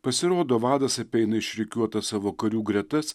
pasirodo vadas apeina išrikiuotas savo karių gretas